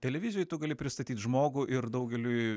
televizijoj tu gali pristatyt žmogų ir daugeliui